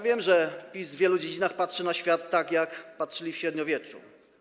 Wiem, że PiS w wielu dziedzinach patrzy na świat tak, jak patrzyli w średniowieczu.